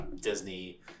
Disney